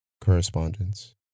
correspondence